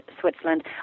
Switzerland